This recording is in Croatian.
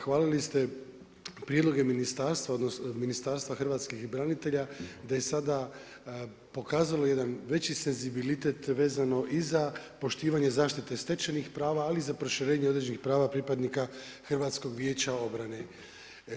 Hvalili ste prijedloge Ministarstva hrvatskih branitelja da je sada pokazalo jedan veći senzibilitet vezano i za poštivanje zaštite stečenih prava, ali i za proširenje određenih prava pripadnika HVO-a.